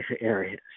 areas